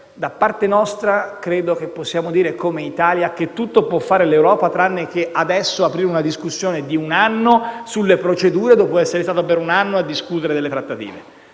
Da parte nostra, credo che possiamo dire, come Italia, che tutto può fare l'Europa tranne che aprire adesso una discussione di un anno sulle procedure, dopo essere stati per un anno a discutere delle trattative.